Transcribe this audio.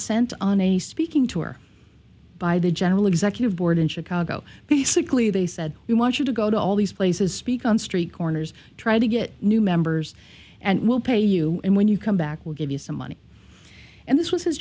been sent on a speaking tour by the general executive board in chicago basically they said we want you to go to all these places speak on street corners try to get new members and we'll pay you and when you come back we'll give you some money and this was his